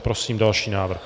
Prosím další návrh.